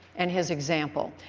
and his example.